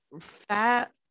fat